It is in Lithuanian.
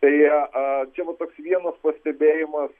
tai a čia va toks vienas pastebėjimas